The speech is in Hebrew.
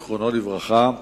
זיכרונו לברכה,